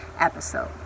episode